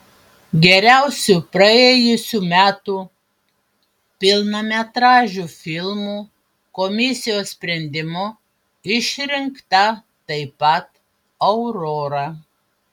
geriausiu praėjusių metų pilnametražiu filmu komisijos sprendimu išrinkta taip pat aurora